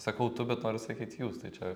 sakau tu bet noriu sakyt jūs tai čia